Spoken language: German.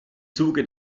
zuge